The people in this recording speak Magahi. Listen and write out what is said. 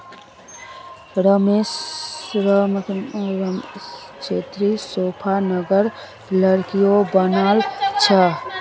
रमेशेर सोफा नरम लकड़ीर बनाल छ